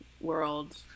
world